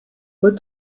but